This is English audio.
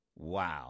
Wow